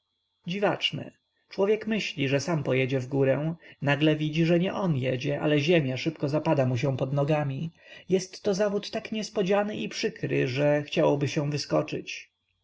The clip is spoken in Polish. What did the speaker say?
dziwaczne człowiek myśli że sam pojedzie w górę nagle widzi że nie on jedzie ale ziemia szybko zapada mu się pod nogami jestto zawód tak niespodziany i przykry że chciałoby się wyskoczyć